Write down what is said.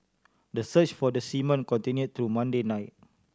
the search for the seamen continue through Monday night